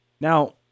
Now